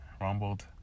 rumbled